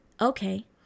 Okay